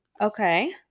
Okay